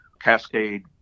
cascade